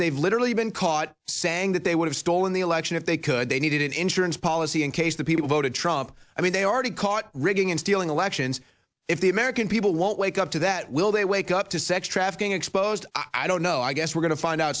they've literally been caught saying that they would have stolen the election if they could they needed an insurance policy in case the people voted trump i mean they already caught rigging and stealing elections if the american people won't wake up to that will they wake up to sex trafficking exposed i don't know i guess we're going to find out